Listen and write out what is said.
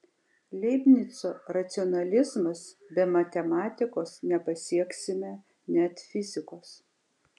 leibnico racionalizmas be matematikos nepasieksime net fizikos